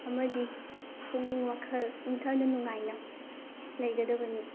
ꯑꯃꯗꯤ ꯄꯨꯛꯅꯤꯡ ꯋꯥꯈꯜ ꯏꯪꯊꯅ ꯅꯨꯡꯉꯥꯏꯅ ꯂꯩꯒꯗꯕꯅꯤ